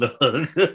look